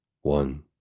One